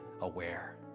aware